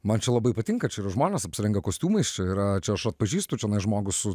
man čia labai patinka čia yra žmonės apsirengę kostiumais čia yra čia aš atpažįstu čionais žmogų su